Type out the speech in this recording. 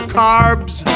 carbs